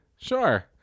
Sure